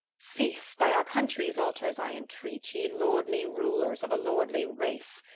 cease, by our country's altars i entreat, ye lordly rulers of a lordly race.